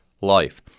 life